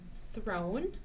throne